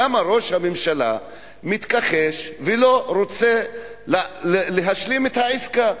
למה ראש הממשלה מתכחש ולא רוצה להשלים את העסקה?